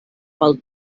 pel